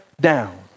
down